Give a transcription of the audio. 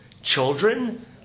children